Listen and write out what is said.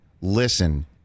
listen